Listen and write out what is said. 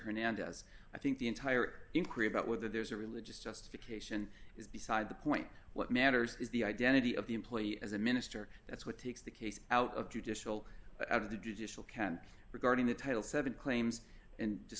hernandez i think the entire increase about whether there's a religious justification is beside the point what matters is the identity of the employee as a minister that's what takes the case out of judicial out of the judicial ken regarding the title seven claims and